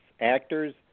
actors